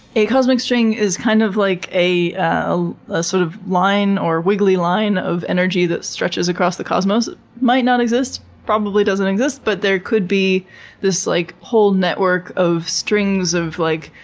a cosmic string is kind of like a ah ah sort of line or wiggly line of energy that stretches across the cosmos. it might not exist, probably doesn't exist, but there could be this like whole network of strings of like,